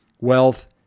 wealth